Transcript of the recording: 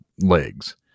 legs